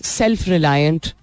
self-reliant